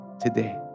today